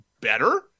better